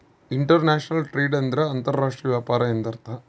inter national trade ಎಂದರೆ ಅಂತರ್ ರಾಷ್ಟ್ರೀಯ ವ್ಯಾಪಾರ ಎಂದರ್ಥ